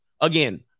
again